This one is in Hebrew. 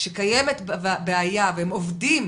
שקיימת בעיה והם עובדים